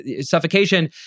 suffocation